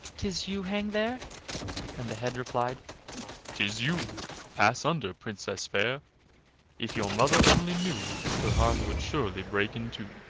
tis you hang there and the head replied tis you pass under, princess fair if your mother only knew, her heart would surely break in two.